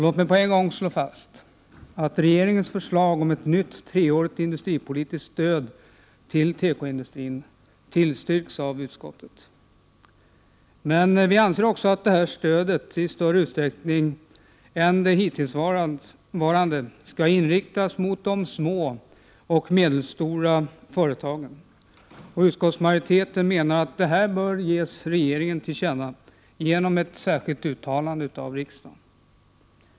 Låt mig på en gång slå fast att regeringens förslag om ett nytt treårigt industripolitiskt stöd till tekoindustrin tillstyrks av utskottet. Men vi anser också att stödet i större utsträckning än hittills skall inriktas mot de små och medelstora företagen. Utskottsmajoriteten menar att detta bör ges regeringen till känna genom ett särskilt uttalande av riksdagen.